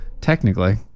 technically